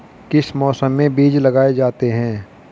किस मौसम में बीज लगाए जाते हैं?